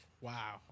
Wow